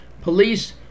police